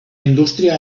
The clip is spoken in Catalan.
indústria